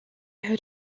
heard